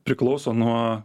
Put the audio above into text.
priklauso nuo